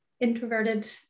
introverted